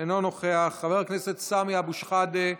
אינו נוכח, חבר הכנסת סמי אבו שחאדה,